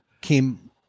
came